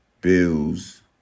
bills